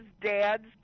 Dad's